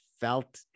felt